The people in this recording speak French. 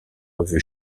revu